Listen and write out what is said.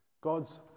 God's